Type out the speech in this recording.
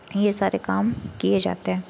ये सारे काम किए जाते हैं